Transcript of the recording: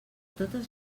totes